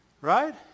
Right